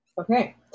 okay